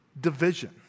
division